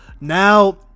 Now